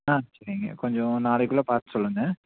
ஆ சரிங்க கொஞ்சம் நாளைக்குள்ளே பார்த்து சொல்லுங்கள்